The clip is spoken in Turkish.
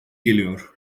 geliyor